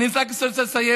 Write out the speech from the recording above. אני רק רוצה לסיים.